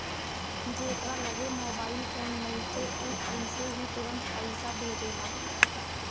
जेकरा लगे mobile phone नइखे उ अइसे ही तुरंते पईसा भेजेला